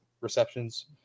receptions